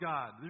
God